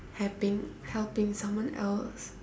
helping helping someone else